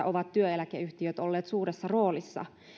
ovat työeläkeyhtiöt olleet suuressa roolissa